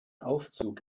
aufzug